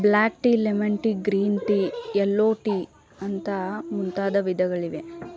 block tea, lemon tea, green tea, yellow tea ಅಂತ ಮುಂತಾದ ವಿಧಗಳಿವೆ